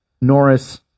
Norris